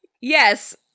Yes